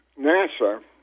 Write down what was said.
NASA